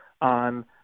on